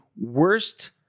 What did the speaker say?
worst